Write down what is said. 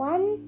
One